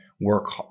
work